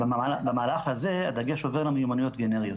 במהלך הזה הדגש עובר למיומנויות גנריות,